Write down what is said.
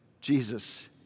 Jesus